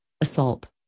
assault